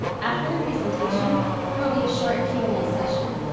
after the presentation there will be a short q and a session.